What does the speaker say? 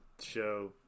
Show